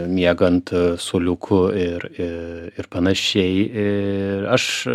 miega ant suoliukų ir ir panašiai ir aš